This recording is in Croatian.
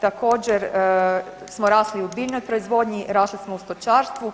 Također smo rasli u biljnoj proizvodnji, rasli smo u stočarstvu,